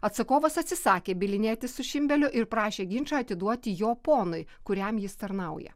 atsakovas atsisakė bylinėtis su šimbeliu ir prašė ginčą atiduoti jo ponui kuriam jis tarnauja